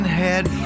head